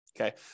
Okay